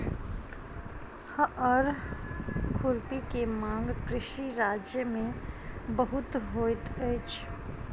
हअर खुरपी के मांग कृषि राज्य में बहुत होइत अछि